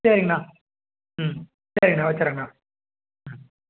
சரிங்ண்ணா ம் சரிங்ண்ணா வச்சடுறேங்கண்ணா ம்